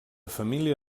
família